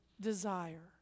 desire